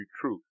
truth